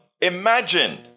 imagine